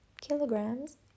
kilograms